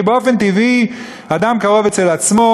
כי באופן טבעי אדם קרוב אצל עצמו.